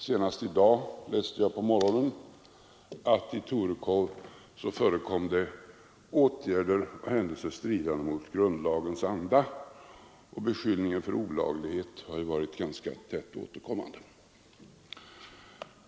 Senast i dag på morgonen läste jag att i Torekov förekom det åtgärder och händelser stridande mot grundlagens anda, och beskyllningen för olaglighet har ju varit ganska tätt återkommande.